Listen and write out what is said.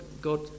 God